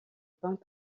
peints